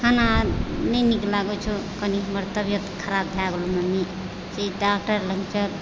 खाना नहि नीक लागैत छौ कनि हमर तबियत खराब भए गेलहु मम्मी से डाक्टर लग चल